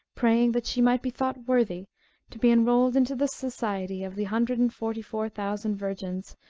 praying that she might be thought worthy to be enrolled into the society of the hundred and forty-four thousand virgins,